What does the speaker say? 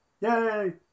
Yay